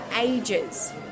ages